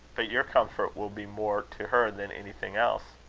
but your comfort will be more to her than anything else.